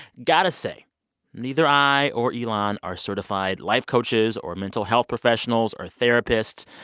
got to say neither i or elan are certified life coaches or mental health professionals or therapists.